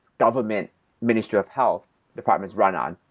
government minister of health departments run on,